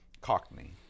cockney